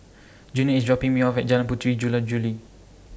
Junior IS dropping Me off At Jalan Puteri Jula Juli